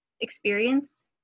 experience